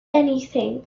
anything